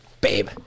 Babe